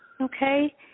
okay